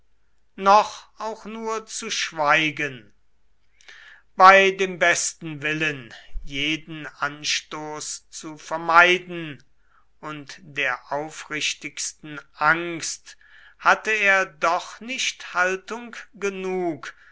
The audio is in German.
noch auch nur zu schweigen bei dem besten willen jeden anstoß zu vermeiden und der aufrichtigsten angst hatte er doch nicht haltung genug